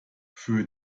für